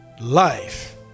life